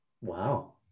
Wow